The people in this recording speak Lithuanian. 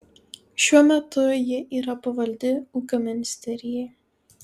šiuo metu ji yra pavaldi ūkio ministerijai